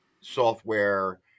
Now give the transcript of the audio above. software